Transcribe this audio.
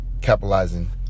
capitalizing